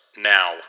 now